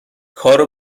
کارو